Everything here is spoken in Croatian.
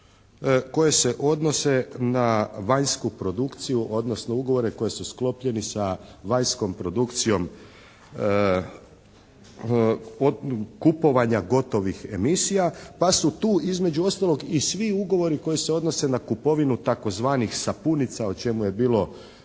koje se odnose na vanjsku produkciju, odnosno ugovore koji su sklopljeni sa vanjskom produkcijom kupovanja gotovih emisija pa su tu između ostaloga i svi ugovori koji se odnose na kupovinu tzv. sapunica o čemu je bilo